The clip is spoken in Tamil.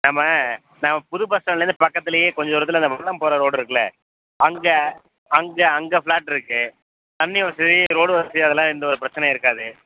நம்ம நம்ம புது பஸ் ஸ்டாண்ட்லேந்து பக்கத்துலேயே கொஞ்ச தூரத்தில் அந்த வல்லம் போகிற ரோடு இருக்குதுல்ல அங்கே அங்கே அங்கே ஃப்ளாட்ருக்கு தண்ணி வசதி ரோடு வசதி அதெல்லாம் எந்த ஒரு பிரச்சினையும் இருக்காது